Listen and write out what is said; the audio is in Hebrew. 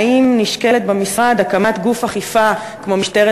האם נשקלת במשרד הקמת גוף אכיפה כמו משטרת